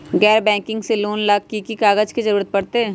गैर बैंकिंग से लोन ला की की कागज के जरूरत पड़तै?